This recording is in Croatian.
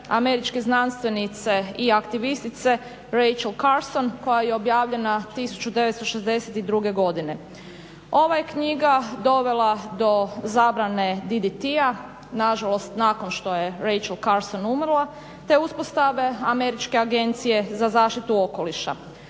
američke znanstvenice i aktivistice Rachel Carson koja je objavljena 1962. godine. Ova je knjiga dovela do zabrane DDT-a, nažalost nakon što je Rachel Carson umrla, te uspostave američke agencije za zaštitu okoliša.